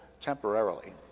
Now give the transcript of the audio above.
temporarily